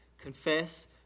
Confess